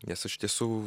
nes iš tiesų